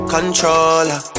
Controller